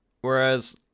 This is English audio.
whereas